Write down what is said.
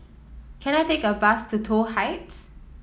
can I take a bus to Toh Heights